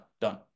Done